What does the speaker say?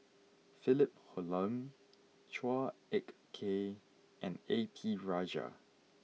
Philip Hoalim Chua Ek Kay and A P Rajah